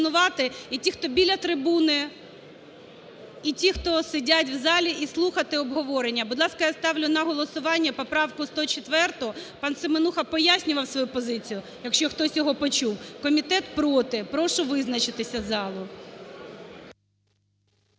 і ті, хто біля трибуни, і ті, хто сидять в залі, і слухати обговорення. Будь ласка, я ставлю на голосування поправку 104. Пан Семенуха пояснював свою позицію, якщо хтось його почув. Комітет проти. Прошу визначитися залу.